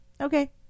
okay